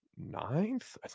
Ninth